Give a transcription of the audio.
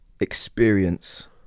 experience